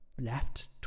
left